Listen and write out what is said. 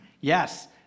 Yes